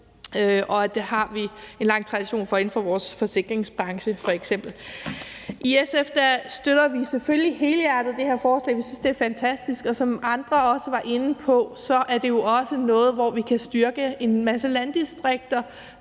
Det har vi en lang tradition for inden for vores forsikringsbranche f.eks. I SF støtter vi selvfølgelig helhjertet det her forslag. Vi synes, det er fantastisk, og som andre også var inde på, er det jo også noget, hvor vi kan styrke en masse landdistrikter